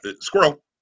squirrel